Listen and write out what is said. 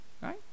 Right